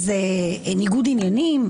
זה ניגוד עניינים.